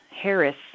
Harris